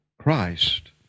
Christ